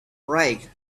right